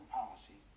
policy